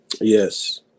yes